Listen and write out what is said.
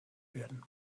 werden